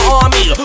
army